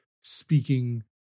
speaking